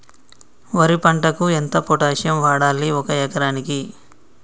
వరి పంటకు ఎంత పొటాషియం వాడాలి ఒక ఎకరానికి?